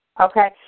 Okay